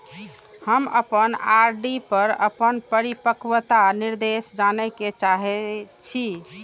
हम अपन आर.डी पर अपन परिपक्वता निर्देश जाने के चाहि छी